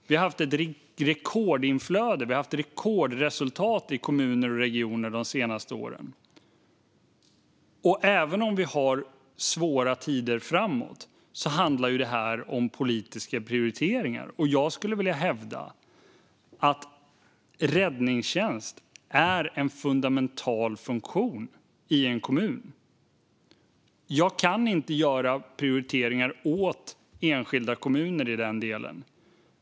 Vi har haft ett rekordinflöde och rekordresultat i kommuner och regioner de senaste åren. Även om vi har svåra tider framåt handlar det här om politiska prioriteringar, och jag skulle vilja hävda att räddningstjänst är en fundamental funktion i en kommun. Jag kan inte göra prioriteringar åt enskilda kommuner i den delen.